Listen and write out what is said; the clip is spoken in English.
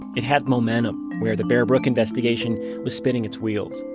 it had momentum where the bear brook investigation was spinning its wheels.